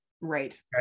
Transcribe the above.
right